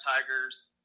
tigers